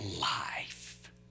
life